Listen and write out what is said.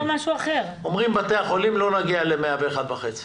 אומרים בתי החולים: לא נגיע ל-101.5%,